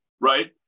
right